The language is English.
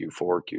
Q4